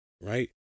Right